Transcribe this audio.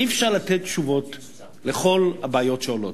אי-אפשר לתת תשובות על כל הבעיות שעולות,